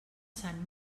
sant